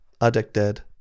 addicted